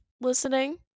listening